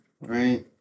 Right